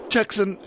Jackson